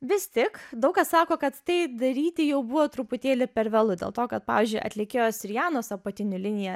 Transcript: vis tik daug kas sako kad tai daryti jau buvo truputėlį per vėlu dėl to kad pavyzdžiui atlikėjos rijanos apatinių liniją